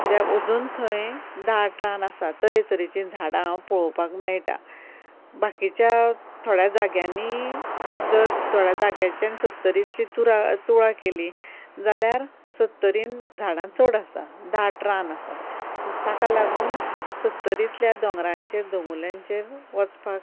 कित्याक अजून थंय दाट रान आसा तरेतरेची झाडा हांव थंय पळोवपाक मेळटा बाकीच्या थोड्या जाग्यानी जर थोड्या जाग्याचेर आनी सत्तरींतली तुरा तुळा केली जाल्यार सत्तरींत झाडा चड आसा दाट रान आसा सो ताका लागून सत्तरींतल्यान दोंगरांचेर दोंगूरल्यांचेर वचपाक